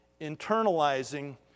internalizing